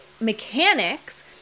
mechanics